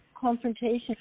Confrontation